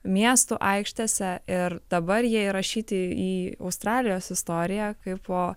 miestų aikštėse ir dabar jie įrašyti į australijos istoriją kaipo